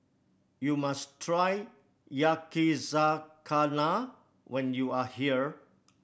you must try Yakizakana when you are here